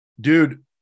dude